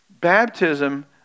Baptism